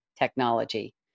technology